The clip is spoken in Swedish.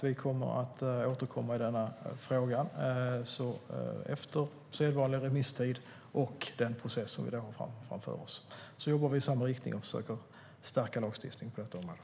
Vi kommer att återkomma efter sedvanlig remisstid och den process som vi då har framför oss. Sedan jobbar vi i samma riktning och försöker stärka lagstiftningen på området.